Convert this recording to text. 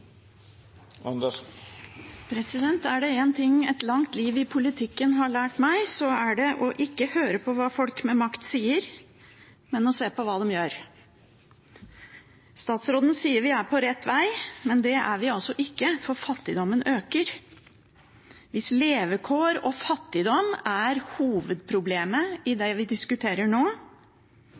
Er det én ting et langt liv i politikken har lært meg, så er det å ikke høre på hva folk med makt sier, men å se på hva de gjør. Statsråden sier vi er på rett vei, men det er vi ikke, for fattigdommen øker. Hvis levekår og fattigdom er hovedproblemet i det vi diskuterer nå,